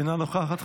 אינה נוכחת,